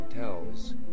tells